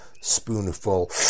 spoonful